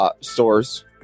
stores